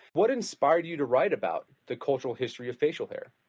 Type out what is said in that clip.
what inspired you to write about the cultural history of facial hair?